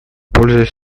пользуясь